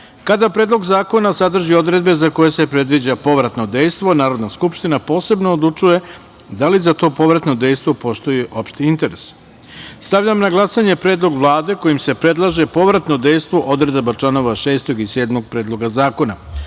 kada predlog zakona sadrži odredbe za koje se predviđa povratno dejstvo, Narodna skupština posebno odlučuje da li za to povratno dejstvo postoji opšti interes. Stavljam na glasanje predlog Vlade kojim se predlaže povratno dejstvo odredaba članova 6. i 7. Predloga zakona. Molim